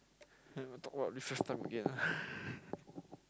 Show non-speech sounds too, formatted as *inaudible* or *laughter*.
then you want to talk about recess time again ah *breath*